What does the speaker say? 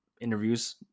interviews